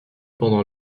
pendant